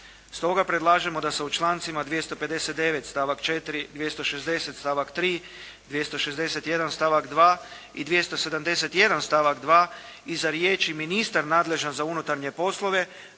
Stoga predlažemo da se u člancima 259. stavak 4. i 260. stavak 3., 261. stavak 2. i 271. stavak 2. iza riječi «ministar nadležan za unutarnje poslove»